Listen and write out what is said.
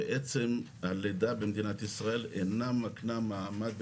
עצם הלידה במדינת ישראל אינה מקנה מעמד,